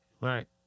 Right